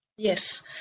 Yes